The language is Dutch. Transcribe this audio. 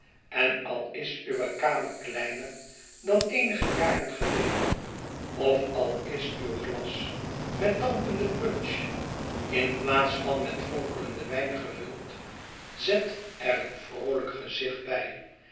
en al is uwe kamer kleiner dan eenige jaren geleden of al is uw glas met damperide punch in plaats van met vonkelenden wijn gevuld zet er een vroolijk gezicht bij